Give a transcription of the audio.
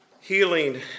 healing